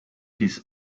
his